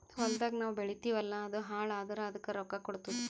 ಹೊಲ್ದಾಗ್ ನಾವ್ ಬೆಳಿತೀವಿ ಅಲ್ಲಾ ಅದು ಹಾಳ್ ಆದುರ್ ಅದಕ್ ರೊಕ್ಕಾ ಕೊಡ್ತುದ್